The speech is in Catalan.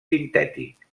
sintètic